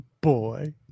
boy